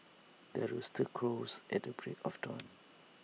the rooster crows at the break of dawn